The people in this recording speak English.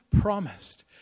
promised